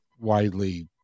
widely